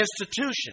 institution